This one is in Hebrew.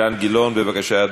(תיקון, בחירות בבתי-סוהר ובבתי-מעצר),